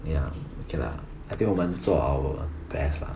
ya okay lah I think 我们做 our best lah